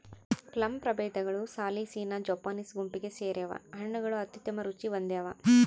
plum ಪ್ರಭೇದಗಳು ಸಾಲಿಸಿನಾ Japanese ಗುಂಪಿಗೆ ಸೇರ್ಯಾವ ಹಣ್ಣುಗಳು ಅತ್ಯುತ್ತಮ ರುಚಿ ಹೊಂದ್ಯಾವ